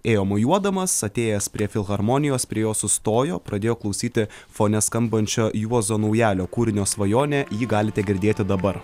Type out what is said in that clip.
ėjo mojuodamas atėjęs prie filharmonijos prie jos sustojo pradėjo klausyti fone skambančio juozo naujalio kūrinio svajonė jį galite girdėti dabar